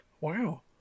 Wow